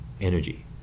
energy